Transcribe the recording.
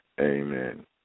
Amen